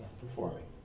performing